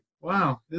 Wow